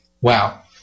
Wow